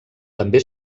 també